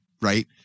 right